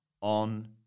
on